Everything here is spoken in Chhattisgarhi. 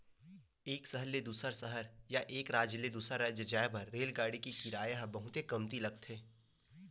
एक सहर ले दूसर सहर या एक राज ले दूसर राज जाए बर रेलगाड़ी के किराया ह बहुते कमती लगथे